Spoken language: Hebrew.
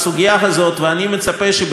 ואני מצפה שבדיון הזה,